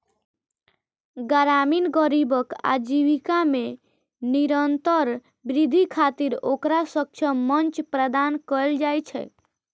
ग्रामीण गरीबक आजीविका मे निरंतर वृद्धि खातिर ओकरा सक्षम मंच प्रदान कैल जाइ छै